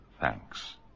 thanks